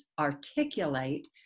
articulate